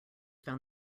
found